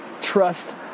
trust